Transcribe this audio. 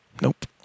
nope